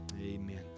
Amen